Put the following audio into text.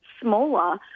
smaller